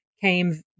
came